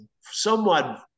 somewhat